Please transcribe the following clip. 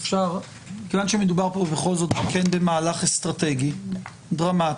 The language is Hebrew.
מכיוון שמדובר פה בכל זאת כן במהלך אסטרטגי דרמטי,